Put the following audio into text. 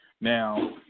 now